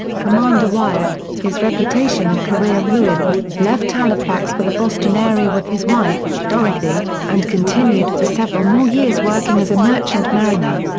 commander wyatt, his reputation and career ruined, left halifax for the boston area with his wife, dorothy, and continued for several more years working as a merchant mariner.